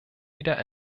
wieder